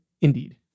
Indeed